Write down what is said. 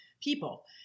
people